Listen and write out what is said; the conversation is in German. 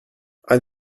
ein